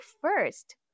first